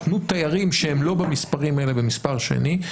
תנו תיירים שהם לא במספרים האלה במספר שני,